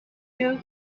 you